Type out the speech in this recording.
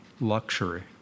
luxury